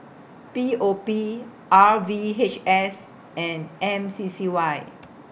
P O P R V H S and M C C Y